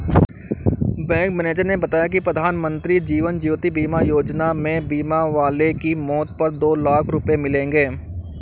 bank manager ने बताया कि प्रधानमंत्री जीवन ज्योति बीमा योजना में बीमा वाले की मौत पर दो लाख रूपये मिलेंगे